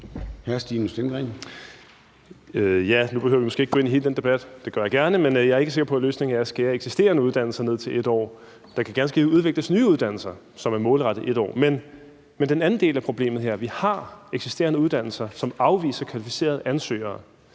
14:23 Stinus Lindgreen (RV): Nu behøver vi måske ikke at gå ind i hele den debat. Det gør jeg gerne, men jeg er ikke sikker på, at løsningen er at skære eksisterende uddannelser ned med 1 år. Der kan ganske givet udvikles nye uddannelser, som er målrettet til at være 1 år kortere. Men den anden del af problemet her er, at vi har eksisterende uddannelser, som afviser kvalificerede ansøgere.